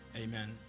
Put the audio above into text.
Amen